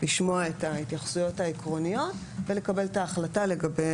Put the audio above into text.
לשמוע את ההתייחסויות העקרוניות ולקבל את ההחלטה לגבי